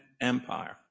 Empire